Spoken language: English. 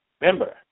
Remember